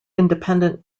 independent